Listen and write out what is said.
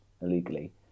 illegally